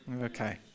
Okay